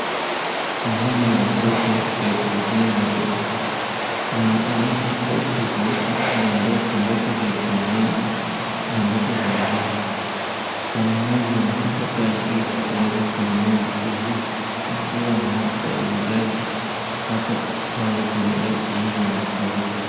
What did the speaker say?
Sehemu ya soko ya kuuzia mboga. Kuna aina tofauti tofauti za mboga, mboga za kienyeji na mboga zingine. Wanunuzi wamefika pale ili kuweza kununua mboga hizi na pia wauzaji wako pale kuendela kuuza mboga hizo.